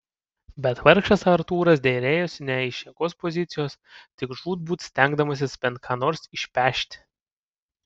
bet vargšas artūras derėjosi ne iš jėgos pozicijos tik žūtbūt stengdamasis bent ką nors išpešti